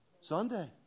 Sunday